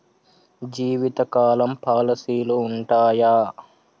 జీవితకాలం పాలసీలు ఉంటయా?